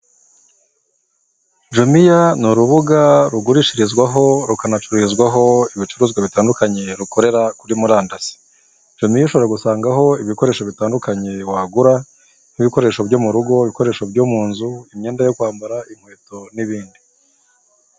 Jumiya ni urubuga rugurishirizwaho rukanacururizwaho ibicuruzwa bitandukanye rukorera kuri murandasi, Jumiya ushobora gusangaho ibikoresho bitandukanye wagura nk'ibikoresho byo mu rugo, ibikoresho byo mu nzu, imyenda yo kwambara inkweto n'ibindi.